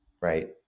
right